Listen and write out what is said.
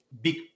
big